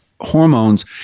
hormones